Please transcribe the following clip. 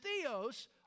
theos